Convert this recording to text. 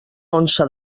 onça